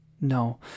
No